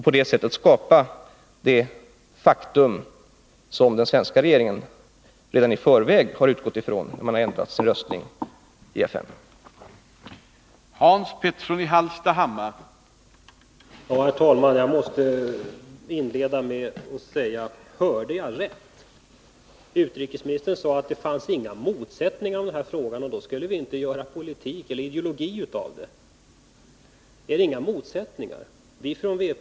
På det sättet vill man åstadkomma det som den svenska regeringen redan i förväg utgått ifrån när man ändrat sin röstning i FN.